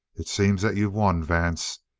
it seems that you've won, vance.